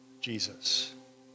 Jesus